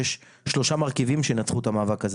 שיש שלושה מרכיבים שינצחו את המאבק הזה: